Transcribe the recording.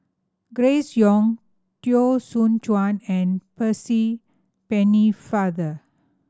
Grace Young Teo Soon Chuan and Percy Pennefather